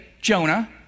Jonah